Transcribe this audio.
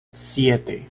siete